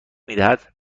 میدهد